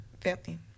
family